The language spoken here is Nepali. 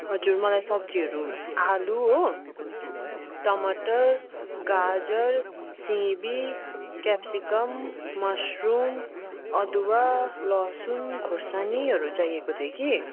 हजुर मलाई सब्जीहरू आलु हो टमाटर गाजर सिमी क्याप्सिकम मसरुम अदुवा लसुन खोर्सानीहरू चाहिएको थियो कि